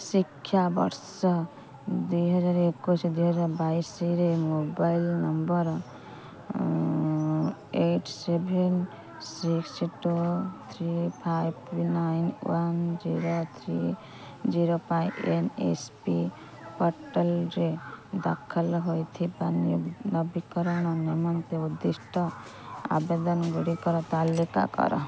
ଶିକ୍ଷା ବର୍ଷ ଦୁଇହଜାରଏକୋଇଶ ଦୁଇହଜାରବାଇଶରେ mobile number eight seven six two three five nine one zero three zero ପାଇଁ ଏନ୍ ଏସ୍ ପି ପୋର୍ଟାଲ୍ରେ ଦାଖଲ ହୋଇଥିବା ନବୀକରଣ ନିମନ୍ତେ ଉଦ୍ଦିଷ୍ଟ ଆବେଦନଗୁଡ଼ିକର ତାଲିକା କର